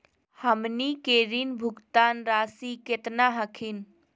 हमनी के ऋण भुगतान रासी केतना हखिन?